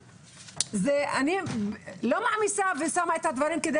אני לא מעמיסה ושמה את הדברים כדי